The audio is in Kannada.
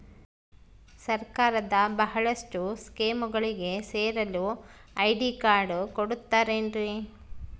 ಸರ್ಕಾರದ ಬಹಳಷ್ಟು ಸ್ಕೇಮುಗಳಿಗೆ ಸೇರಲು ಐ.ಡಿ ಕಾರ್ಡ್ ಕೊಡುತ್ತಾರೇನ್ರಿ?